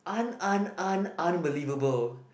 un un un unbelievable